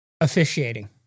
officiating